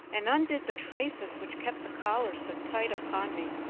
and undid the traces which kept the collar so tight upon me.